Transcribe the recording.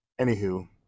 Anywho